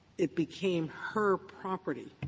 it became her property,